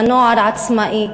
בנוער עצמאי,